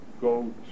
go